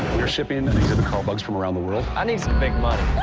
we're shipping an exhibit called bugs from around the world. i need some big money.